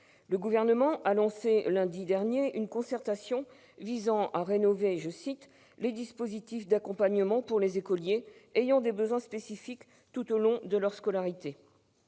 Le Gouvernement a lancé, lundi dernier, une concertation visant à « rénover les dispositifs d'accompagnement pour les écoliers ayant des besoins spécifiques tout au long de leur scolarité ».